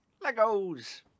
Legos